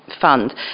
fund